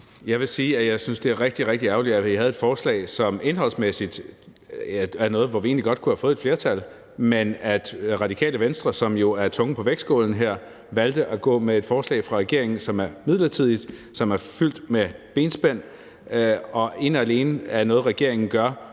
Jeg ville sige, at jeg synes, det er rigtig, rigtig ærgerligt, at vi havde et forslag, som indholdsmæssigt var noget, som vi egentlig godt kunne have fået et flertal for, men at Radikale Venstre, som jo er tungen på vægtskålen her, valgte at gå med et forslag fra regeringen, som er midlertidigt, som er fyldt med benspænd, og som ene og alene er noget, regeringen gør